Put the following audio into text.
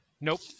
Nope